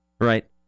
right